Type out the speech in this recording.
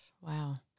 wow